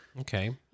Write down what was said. Okay